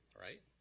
right